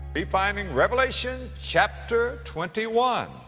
be finding revelation chapter twenty one.